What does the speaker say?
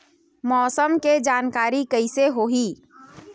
मौसम के जानकारी कइसे होही?